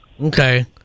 Okay